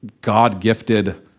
God-gifted